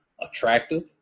attractive